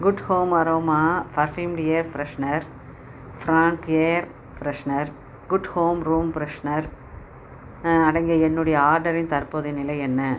good home aroma perfumed air freshener Frank air freshener good home room freshener அடங்கிய என்னுடைய ஆர்டரின் தற்போதைய நிலை என்ன